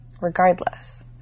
Regardless